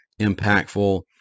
impactful